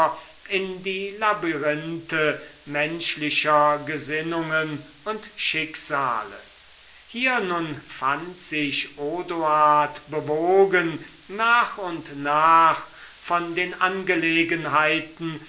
in die labyrinthe menschlicher gesinnungen und schicksale hier nun fand sich odoard bewogen nach und nach von den angelegenheiten